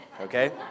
okay